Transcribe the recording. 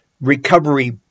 recovery